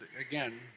again